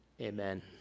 Amen